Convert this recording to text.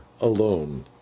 alone